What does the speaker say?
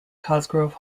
cosgrove